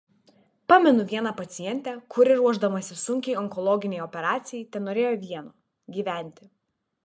pamenu vieną pacientę kuri ruošdamasi sunkiai onkologinei operacijai tenorėjo vieno gyventi